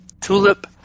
Tulip